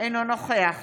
אינו נוכח